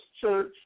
church